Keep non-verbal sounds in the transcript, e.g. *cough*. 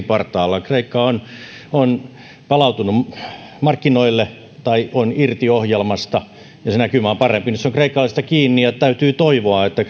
*unintelligible* partaalla kreikka on on palautunut markkinoille tai on irti ohjelmasta ja näkymä on parempi nyt se on kreikkalaisista kiinni ja täytyy toivoa että *unintelligible*